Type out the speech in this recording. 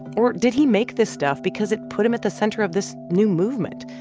or did he make this stuff because it put him at the center of this new movement,